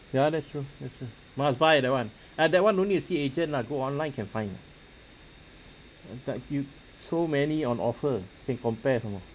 ya that's true that's true must buy that one ah that one no need to see agent lah go online can find so many on offer can compare some more